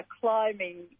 climbing